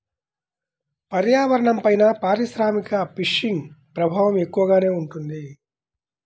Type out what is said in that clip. పర్యావరణంపైన పారిశ్రామిక ఫిషింగ్ ప్రభావం ఎక్కువగానే ఉంటుంది